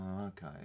okay